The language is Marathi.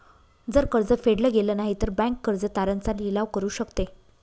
जर कर्ज फेडल गेलं नाही, तर बँक कर्ज तारण चा लिलाव करू शकते